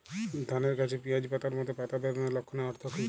ধানের গাছে পিয়াজ পাতার মতো পাতা বেরোনোর লক্ষণের অর্থ কী?